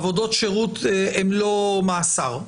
עבודות שירות הן לא מאסר.